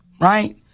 right